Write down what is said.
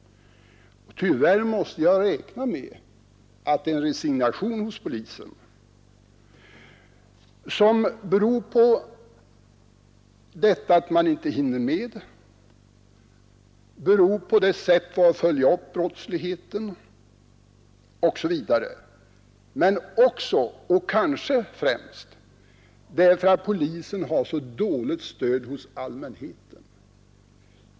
Tyvärr måste vi räkna med att det finns en resignation hos polisen som bl.a. beror på att man inte hinner med att följa upp brottsligheten. Men den beror också och kanske främst på att polisen har så dåligt stöd hos allmänheten.